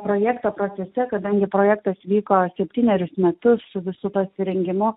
projekto procese kadangi projektas vyko septynerius metus su visu pasirengimu